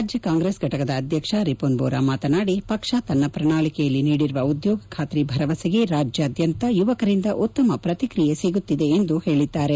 ರಾಜ್ಯ ಕಾಂಗ್ರೆಸ್ ಫಟಕದ ಅಧ್ಯಕ್ಷ ರಿಪೂನ್ ಬೋರಾ ಮಾತನಾಡಿ ಪಕ್ಷ ತನ್ನ ಪ್ರಣಾಳಿಕೆಯಲ್ಲಿ ನೀಡಿರುವ ಉದ್ಯೋಗ ಖಾತ್ರಿ ಭರವಸೆಗೆ ರಾಜ್ಯಾದ್ಯಂತ ಯುವಕರಿಂದ ಉತ್ತಮ ಪ್ರತಿಕ್ರಿಯೆ ಸಿಗುತ್ತಿದೆ ಎಂದು ಹೇಳಿದ್ದಾರೆ